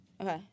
Okay